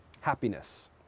Happiness